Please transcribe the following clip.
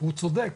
הוא צודק,